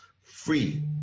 free